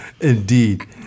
Indeed